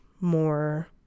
more